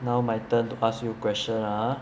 now my turn to ask you question ah